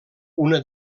una